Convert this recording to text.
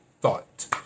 thought